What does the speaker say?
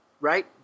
Right